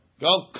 Go